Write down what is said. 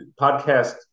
podcast